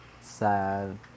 Sad